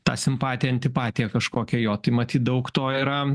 tą simpatiją antipatiją kažkokią jo tai matyt daug to yra